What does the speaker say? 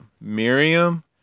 Miriam